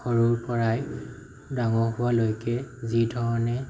সৰুৰ পৰাই ডাঙৰ হোৱালৈকে যি ধৰণে